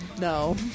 no